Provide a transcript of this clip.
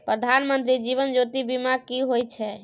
प्रधानमंत्री जीवन ज्योती बीमा की होय छै?